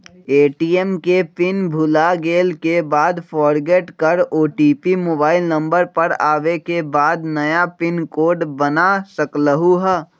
ATM के pin भुलागेल के बाद फोरगेट कर ओ.टी.पी मोबाइल नंबर पर आवे के बाद नया पिन कोड बना सकलहु ह?